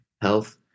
health